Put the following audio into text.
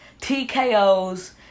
TKOs